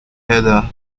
header